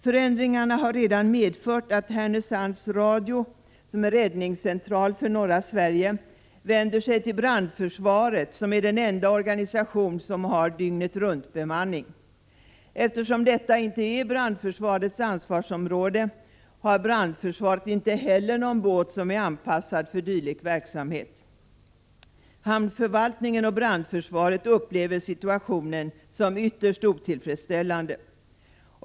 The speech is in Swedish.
Förändringarna har redan medfört att Härnösands radio vänder sig till brandförsvaret som är den enda organisation som har dygnet runt bemanning. Eftersom detta inte är brandförsvarets ansvarsområde, har brandförsvaret ej heller någon båt som är anpassad för dylik verksamhet. Hamnförvaltningen och brandförsvaret upplever situationen som ytterst otillfredsställande.